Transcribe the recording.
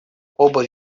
оба